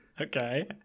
okay